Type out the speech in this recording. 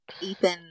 Ethan